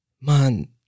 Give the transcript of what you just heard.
Man